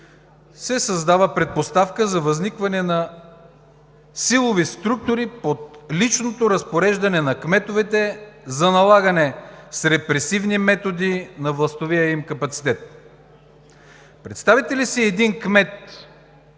се създава предпоставка за възникване на силови структури под личното разпореждане на кметовете за налагане с репресивни методи на властовия им капацитет. Представяте ли си един кмет